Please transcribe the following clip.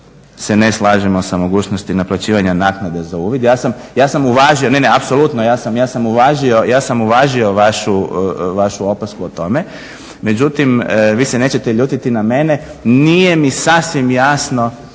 se ne slažemo sa mogućnosti naplaćivanje naknade za uvid. Ja sam uvažio, ne, ne, apsolutno ja sam uvažio vašu opasku o tome međutim vi se nećete ljutiti na mene, nije mi sasvim jasno